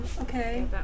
okay